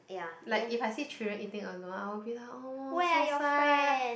like if I see children eating alone I will be like oh so sad